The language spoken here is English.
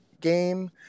game